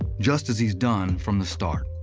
just as he's done from the start.